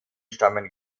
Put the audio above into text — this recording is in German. stammen